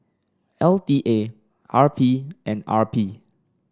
L T A R P and R P